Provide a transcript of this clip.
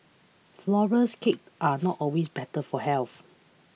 flour less cakes are not always better for health